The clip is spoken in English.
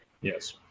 Yes